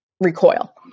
recoil